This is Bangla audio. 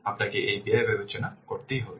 আপনাকে এই ব্যয় বিবেচনা করতে হবে